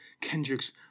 Kendrick's